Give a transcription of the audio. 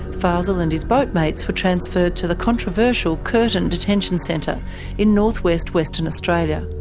fazel and his boatmates were transferred to the controversial curtin detention centre in north-west western australia.